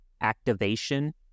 activation